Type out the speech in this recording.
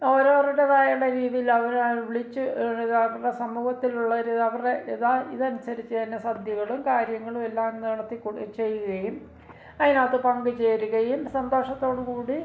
അവരവരുടേതായ രീതിയിൽ അവരെ വിളിച്ച് ഇതാക്കുന്ന സമൂഹത്തിലുള്ള ഒരു അവരുടെ ഇതനുസരിച്ച് തന്നെ സദ്യകളും കാര്യങ്ങളും എല്ലാം നടത്തി ചെയ്യുകയും അതിനകത്ത് പങ്ക് ചേരുകയും സന്തോഷത്തോട് കൂടി